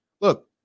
Look